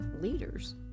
leaders